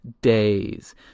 days